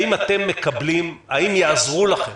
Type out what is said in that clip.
האם יעזרו לכם